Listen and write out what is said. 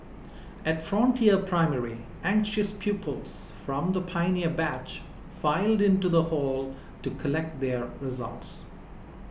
at Frontier Primary anxious pupils from the pioneer batch filed into the hall to collect their results